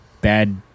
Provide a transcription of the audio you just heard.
Bad